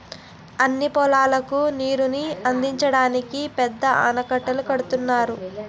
అన్ని పొలాలకు నీరుని అందించడానికి పెద్ద ఆనకట్టలు కడుతున్నారు